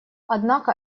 однако